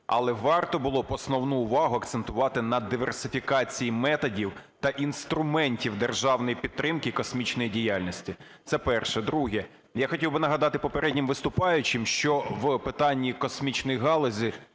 але варто було б основну увагу акцентувати на диверсифікації методів та інструментів державної підтримки космічної діяльності. Це перше. Друге. Я хотів би нагадати попереднім виступаючим, що в питання космічної галузі